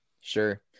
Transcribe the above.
Sure